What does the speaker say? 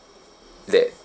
they're